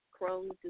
Crohn's